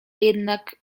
jednak